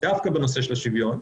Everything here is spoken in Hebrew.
דווקא בנושא של זכות השוויון,